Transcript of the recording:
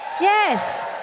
Yes